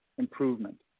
improvement